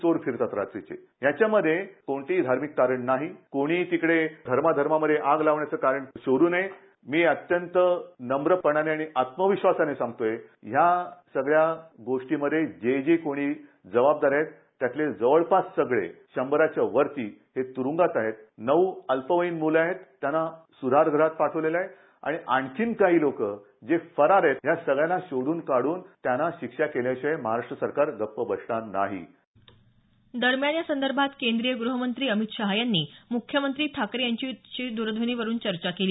चोरी फिरतात रात्रीचे त्याच्यामध्ये कोणती घ्यावी कारण नाही कोणीकडे धर्मा मध्ये आग लावण्याचे कारण शोधू नये मी अत्यंत नम्रपणे आणि आत्मविश्वासाने सांगतोय या सगळ्या गोष्टी मध्ये जे जे कोणी जबाबदार आहेत त्यातली जवळपास शंभराच्या वरती त्रुंगात आहेत नऊ अल्पवयीन मुले आहेत त्यांना सुधारगृहात पाठवले आहे आणखीन काही लोक फरार आहेत शोधून काढून त्यांना शिक्षा केल्या सरकार गप्प बसणार नाही दरम्यान या संदर्भात केंद्रीय गृहमंत्री अमित शहा यांनी मुख्यमंत्री ठाकरे यांची दरध्वनीवरून चर्चा केली